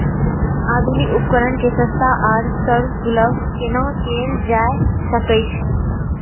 आधुनिक उपकण के सस्ता आर सर्वसुलभ केना कैयल जाए सकेछ?